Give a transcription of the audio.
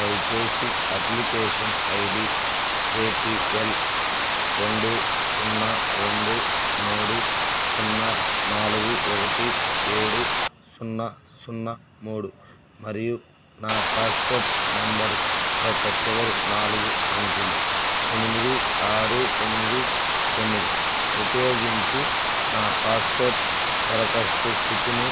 దయచేసి application I D A P L రెండు సున్నా రెండు మూడు సున్నా నాలుగు ఒకటి ఏడు సున్నా సున్నా మూడు మరియు నా పాస్పోర్ట్ నెంబర్ యొక్క చివరి నాలుగు అంకెలు ఎనిమిది ఆరు ఎనిమిది తొమ్మిది ఉపయోగించి నా పాస్పోర్ట్ దరఖాస్తు స్థితిని